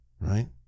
right